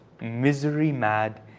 misery-mad